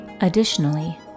Additionally